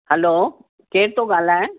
hello केरु थो ॻाल्हाए